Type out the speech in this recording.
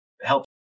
help